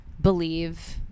believe